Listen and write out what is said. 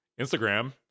instagram